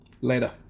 Later